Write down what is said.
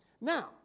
Now